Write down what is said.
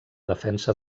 defensa